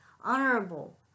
honorable